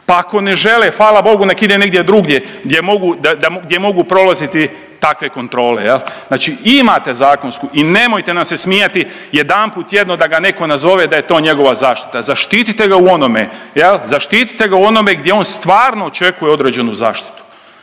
Pa ako ne žele, hvala Bogu, nek ide negdje drugdje gdje mogu, gdje mogu prolaziti takve kontrole, je li? Znači imate zakonsku i nemojte nam se smijati, jedanput tjedno da ga netko nazove i da je to njegova zaštita. Zaštitite ga u onome, je li, zaštitite ga u onome gdje on stvarno očekuje određenu zaštitu.